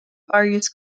various